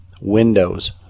windows